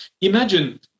imagine